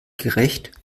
gerecht